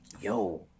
yo